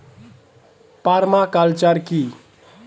Parma culture কি?